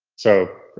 so,